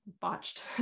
botched